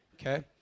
Okay